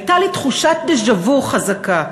הייתה לי תחושת דז'ה-וו חזקה: